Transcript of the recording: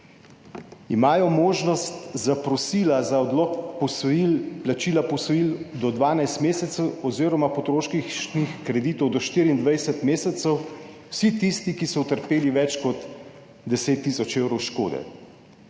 Imajo možnost zaprosila za odlog posojil, plačila posojil do 12 mesecev oziroma potrošniških kreditov do 24 mesecev vsi tisti, ki so utrpeli več kot 10 tisoč evrov škode.